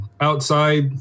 outside